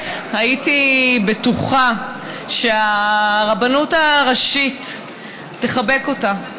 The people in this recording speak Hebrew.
שהייתי בטוחה שהרבנות הראשית תחבק אותה,